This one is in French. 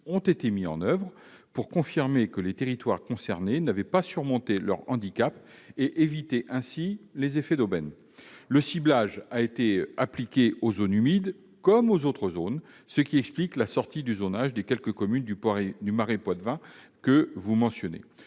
ont été fixés pour confirmer que les territoires concernés n'avaient pas surmonté leurs handicaps et éviter ainsi les effets d'aubaine. Ce ciblage a été appliqué aux zones humides comme aux autres zones, ce qui explique la sortie du zonage des quelques communes du marais poitevin que vous mentionnez.